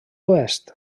oest